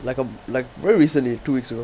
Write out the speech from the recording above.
like uh like very recently two weeks ago